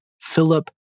Philip